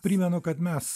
primenu kad mes